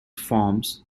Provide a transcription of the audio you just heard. forms